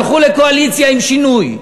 הלכו לקואליציה עם שינוי.